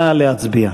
נא להצביע.